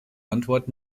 antwort